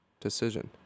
decision